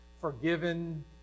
forgiven